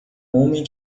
homem